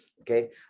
Okay